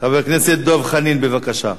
חבר כנסת דב חנין, בבקשה.